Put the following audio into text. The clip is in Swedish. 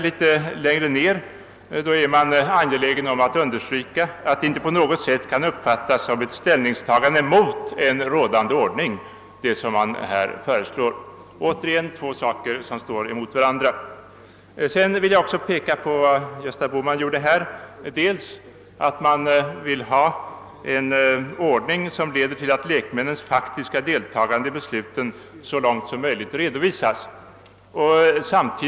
Litet längre ner är man emellertid angelägen att understryka att vad som föreslås »inte på något sätt kan uppfattas som ett ställningstagande mot en rådande ordning». Återigen två saker som strider mot varandra. Liksom Gösta Bohman vill jag peka på att man vill ha en ordning som leder till att lekmännens faktiska deltagande i besluten så långt som möjligt redovisas.